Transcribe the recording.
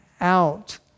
out